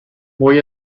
voy